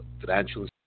Financial